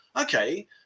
Okay